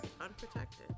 Unprotected